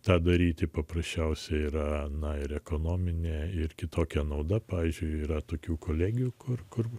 tą daryti paprasčiausiai yra na ir ekonomine ir kitokia nauda pavyzdžiui yra tokių kolegijų kur kur